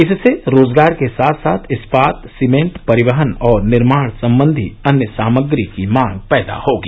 इससे रोजगार के साथ साथ इस्पात सीमेंट परिवहन और निर्माण संबंधी अन्य सामग्री की मांग पैदा होगी